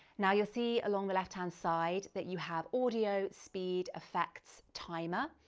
now you'll see along the left hand side that you have audio, speed, effects, timer.